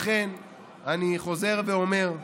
לכן אני חוזר ואומר: